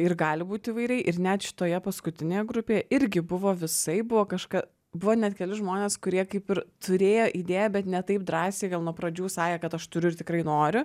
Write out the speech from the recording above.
ir gali būt įvairiai ir net šitoje paskutinėje grupėje irgi buvo visaip buvo kažka buvo net keli žmones kurie kaip ir turėjo idėją bet ne taip drąsiai gal nuo pradžių sakė kad aš turiu ir tikrai noriu